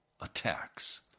attacks